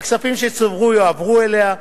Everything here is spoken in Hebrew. והכספים שצברו יועברו אליה.